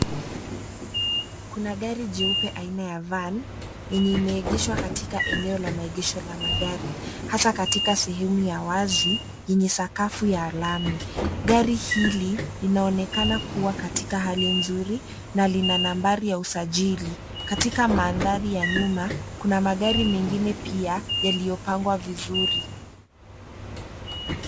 Kuna gari jeupe aina ya van , yenye imeegeshwa katika eneo la maegesho la magari, hasa katika sehemu ya wazi, yenye sakafu ya lami, gari hili, linaonekana kuwa katika hali nzuri, na lina nambari ya usajili, katika mandhari ya nyuma, kuna magari mengine pia, yaliyopangwa vizuri.